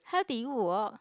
how did you walk